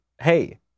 hey